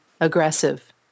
aggressive